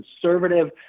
conservative